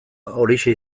horixe